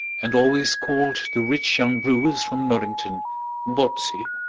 and always called the rich young brewers from norrington botsey,